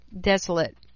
desolate